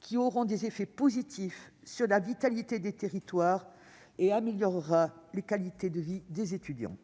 qui auront des effets positifs sur la vitalité des territoires et amélioreront la qualité de vie des étudiants.